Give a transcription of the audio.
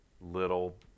little